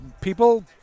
people